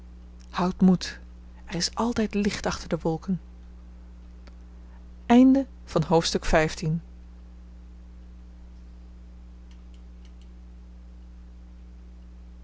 houd moed er is altijd licht achter de wolken